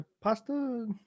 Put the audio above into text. pasta